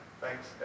Thanks